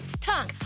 tongue